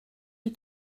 die